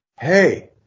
Hey